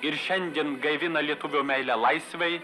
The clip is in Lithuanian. ir šiandien gaivina lietuvio meilę laisvei